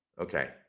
Okay